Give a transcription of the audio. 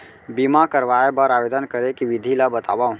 बीमा करवाय बर आवेदन करे के विधि ल बतावव?